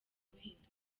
buhinduka